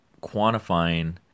quantifying